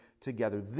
together